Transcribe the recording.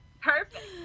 Perfect